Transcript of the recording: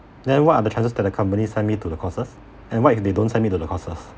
then what are the chances that a company send me to the courses and what if they don't send me to the courses